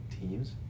Teams